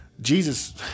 Jesus